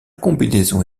combinaison